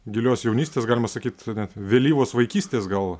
gilios jaunystės galima sakyt net vėlyvos vaikystės gal